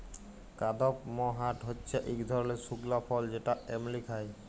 কাদপমহাট হচ্যে ইক ধরলের শুকলা ফল যেটা এমলি খায়